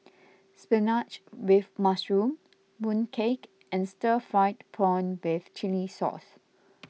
Spinach with Mushroom Mooncake and Stir Fried Prawn with Chili Sauce